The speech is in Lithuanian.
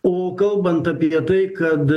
o kalbant apie tai kad